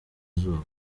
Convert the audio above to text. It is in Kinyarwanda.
izuba